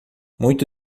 muito